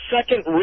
second